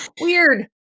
Weird